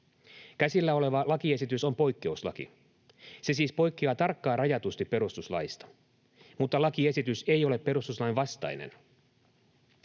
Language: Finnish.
Käsillä oleva lakiesitys on poikkeuslaki. Se siis poikkeaa tarkkaan rajatusti perustuslaista, mutta lakiesitys ei ole perustuslain vastainen.